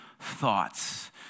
thoughts